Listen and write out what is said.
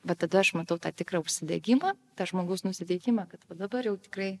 va tada aš matau tą tikrą užsidegimą tą žmogus nusiteikimą kad va dabar jau tikrai